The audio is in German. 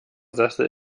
sessel